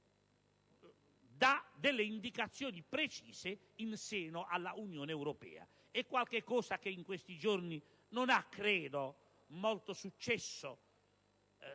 dà delle indicazioni precise in seno all'Unione europea. È qualcosa che in questi giorni non ha molto successo